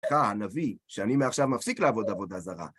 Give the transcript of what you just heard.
אתה הנביא שאני מעכשיו מפסיק לעבוד עבודה זרה.